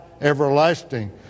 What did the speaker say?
everlasting